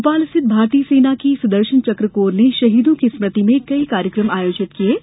भोपाल स्थित भारतीय सेना की सुदर्शनचक कोर ने शहीदों की स्मृति में कई कार्यक्रम आयोजित किये जा रहे हैं